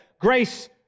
grace